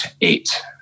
eight